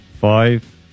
five